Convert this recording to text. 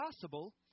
possible